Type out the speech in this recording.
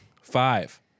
Five